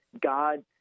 God